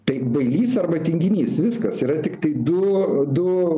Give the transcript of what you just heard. tai bailys arba tinginys viskas yra tiktai du du